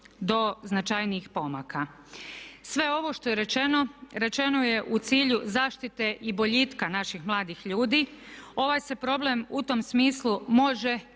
do značajnijih pomaka. Sve ovo što je rečeno, rečeno je u cilju zaštite i boljitka naših mladih ljudi. Ovaj se problem u tom smislu može i mora